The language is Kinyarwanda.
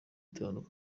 itanu